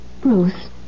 Bruce